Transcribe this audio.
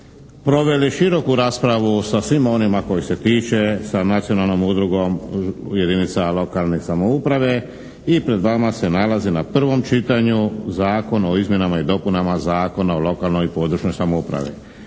proveli široku raspravu sa svima onima kojih se tiče, sa Nacionalnom udrugom jedinica lokalne samouprave i pred vama se nalazi na prvom čitanju Zakona o izmjenama i dopunama Zakona o lokalnoj i područnoj samoupravi.